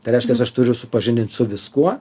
tai reiškias aš turiu supažindint su viskuo